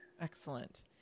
Excellent